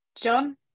John